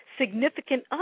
significant